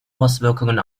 auswirkungen